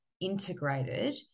integrated